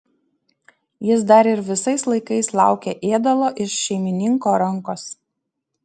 jis dar ir visais laikais laukė ėdalo iš šeimininko rankos